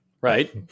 Right